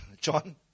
John